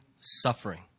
Suffering